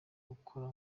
gukora